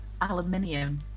aluminium